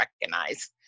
recognize